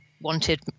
wanted